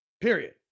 Period